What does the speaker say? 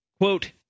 quote